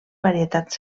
varietats